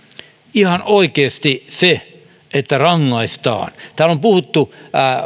ihan oikeasti se että rangaistaan täällä on puhuttu